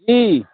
जी